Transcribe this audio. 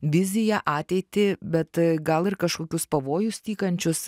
viziją ateitį bet gal ir kažkokius pavojus tykančius